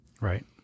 right